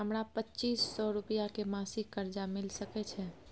हमरा पच्चीस सौ रुपिया के मासिक कर्जा मिल सकै छै?